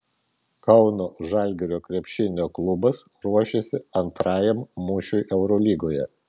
kauno žalgirio krepšinio klubas ruošiasi antrajam mūšiui eurolygoje